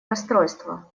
расстройство